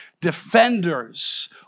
defenders